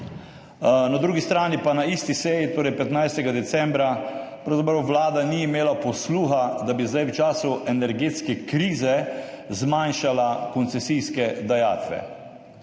Na drugi strani pa na isti seji, torej 15. decembra, pravzaprav vlada ni imela posluha, da bi zdaj, v času energetske krize zmanjšala koncesijske dajatve.